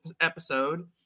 episode